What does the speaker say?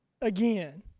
again